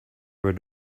were